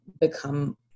become